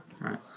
right